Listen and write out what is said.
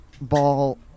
ball